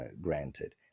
granted